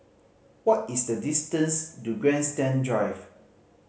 what is the distance to Grandstand Drive